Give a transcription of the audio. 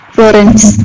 Florence